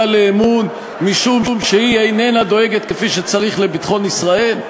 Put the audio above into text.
לאמון משום שהיא איננה דואגת כפי שצריך לביטחון ישראל?